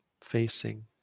facing